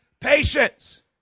patience